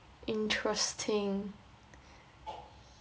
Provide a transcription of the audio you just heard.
interesting